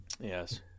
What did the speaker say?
yes